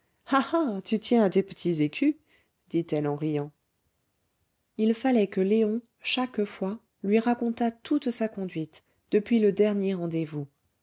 tu tiens à tes petits écus dit-elle en riant il fallait que léon chaque fois lui racontât toute sa conduite depuis le dernier rendez-vous